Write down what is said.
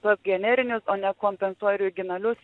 tuos generinius o nekompensuoj originalius